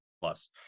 plus